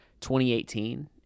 2018